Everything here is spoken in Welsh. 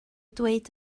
dweud